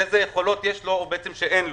ומה היכולות שאין לו: